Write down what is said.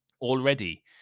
Already